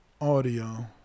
audio